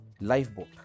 Lifeboat